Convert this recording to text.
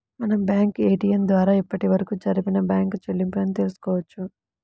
మనం bank ATM ద్వారా అప్పటివరకు జరిపిన బ్యేంకు చెల్లింపులను తెల్సుకోవచ్చు